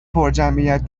پرجمعیت